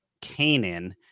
Canaan